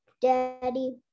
Daddy